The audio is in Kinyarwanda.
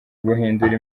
guhindura